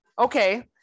okay